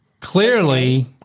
clearly